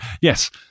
yes